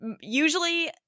usually